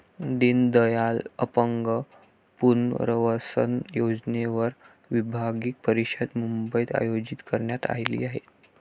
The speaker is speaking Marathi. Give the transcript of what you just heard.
दीनदयाल अपंग पुनर्वसन योजनेवर विभागीय परिषद मुंबईत आयोजित करण्यात आली आहे